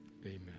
amen